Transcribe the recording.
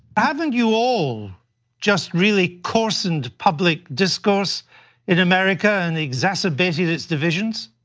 haven't you all just really coarsened public discourse in america and exacerbated its divisions?